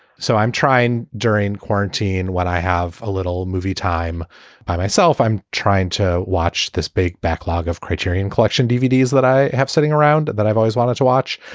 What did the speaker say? so i'm trying during quarantine when i have a little movie time by myself i'm trying to watch this big backlog of criterion collection dvd that i have sitting around that i've always wanted to watch.